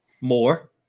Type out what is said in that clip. more